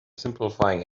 simplifying